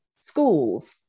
schools